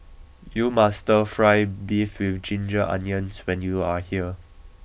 you must try Stir Fry Beef with ginger onions when you are here